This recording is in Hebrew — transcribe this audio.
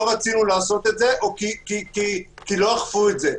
רצינו לעשות את זה או כי לא אכפו את זה.